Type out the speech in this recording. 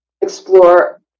explore